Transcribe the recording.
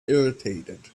irritated